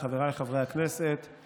חבריי חברי הכנסת,